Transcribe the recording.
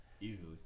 Easily